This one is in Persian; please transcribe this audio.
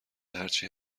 هرچی